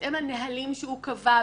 בהתאם לנהלים שהוא קבע,